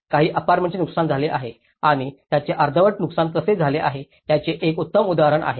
काही अपार्टमेंटचे नुकसान झाले आहे आणि त्याचे अर्धवट नुकसान कसे झाले आहे याचे हे एक उत्तम उदाहरण आहे